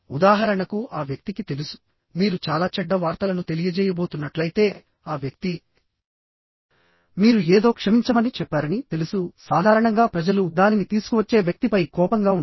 ఉదాహరణకు ఆ వ్యక్తికి తెలుసు మీరు చాలా చెడ్డ వార్తలను తెలియజేయబోతున్నట్లయితే ఆ వ్యక్తి మీరు ఏదో క్షమించమని చెప్పారని తెలుసుసాధారణంగా ప్రజలు దానిని తీసుకువచ్చే వ్యక్తిపై కోపంగా ఉంటారు